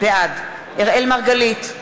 בעד אראל מרגלית,